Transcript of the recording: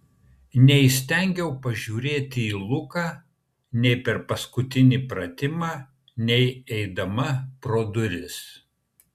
neįstengiau pažiūrėti į luką nei per paskutinį pratimą nei eidama pro duris